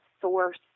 source